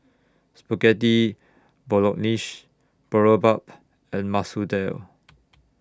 Spaghetti Bolognese Boribap and Masoor Dal